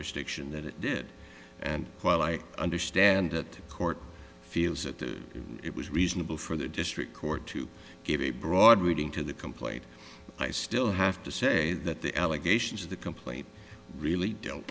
jurisdiction that it did and while i understand that court feels that it was reasonable for the district court to give a broad reading to the complaint i still have to say that the allegations of the complaint really d